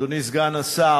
אדוני סגן השר,